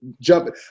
jumping